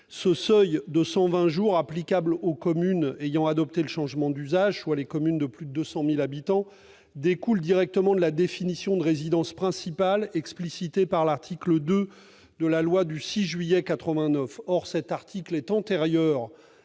Ce seuil de 120 jours applicable aux communes ayant adopté le changement d'usage, soit les communes de plus de 200 000 habitants, découle directement de la définition de la résidence principale explicitée par l'article 2 de la loi du 6 juillet 1989. Or cet article est antérieur